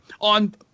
on